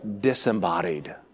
disembodied